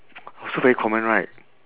also very common right